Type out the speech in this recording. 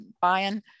buying